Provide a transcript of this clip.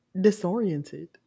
Disoriented